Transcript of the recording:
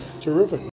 Terrific